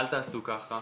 'אל תעשו ככה',